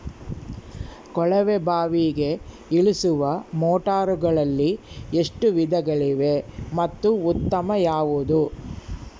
ಕೊಳವೆ ಬಾವಿಗೆ ಇಳಿಸುವ ಮೋಟಾರುಗಳಲ್ಲಿ ಎಷ್ಟು ವಿಧಗಳಿವೆ ಮತ್ತು ಉತ್ತಮ ಯಾವುದು?